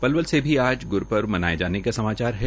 पलवल से भी आज ग्रूपर्व मनाये जाने के समाचार है